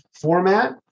format